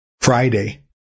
Friday